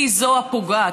היא זו שפוגעת.